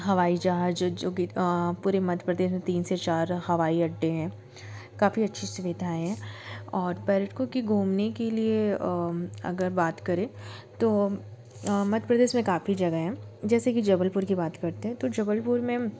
हवाई जहाज जो कि पूरे मध्य प्रदेश में तीन से चार हवाई अड्डे हैं काफ़ी अच्छी सुविधाएं हैं और पर्यटकों के घूमने के लिए अगर बात करें तो मध्य प्रदेश में काफ़ी जगह हैं जैसे कि जबलपुर की बात करते हैं तो जबलपुर में